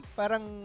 parang